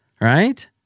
right